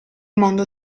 mondo